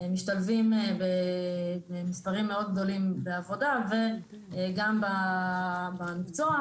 משתלבים במספרים מאוד גדולים בעבודה וגם במקצוע,